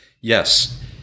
yes